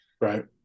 right